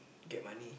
get money